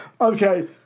Okay